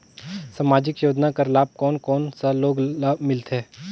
समाजिक योजना कर लाभ कोन कोन सा लोग ला मिलथे?